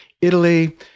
Italy